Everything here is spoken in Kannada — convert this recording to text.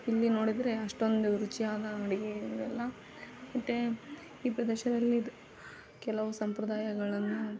ಇಲ್ಲಿ ನೋಡಿದರೆ ಅಷ್ಟೊಂದು ರುಚಿಯಾದ ಅಡುಗೆ ಇರೋಲ್ಲ ಮತ್ತು ಈ ಪ್ರದೇಶದಲ್ಲಿದ್ದ ಕೆಲವು ಸಂಪ್ರದಾಯಗಳನ್ನು